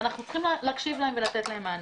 ואנחנו צריכים להקשיב להם ולתת להם מענה.